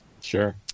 Sure